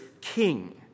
king